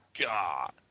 God